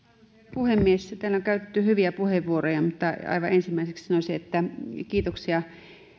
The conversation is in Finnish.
puhemies täällä on käytetty hyviä puheenvuoroja mutta aivan ensimmäiseksi kiitoksia